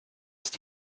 ist